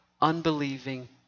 unbelieving